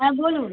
হ্যাঁ বলুন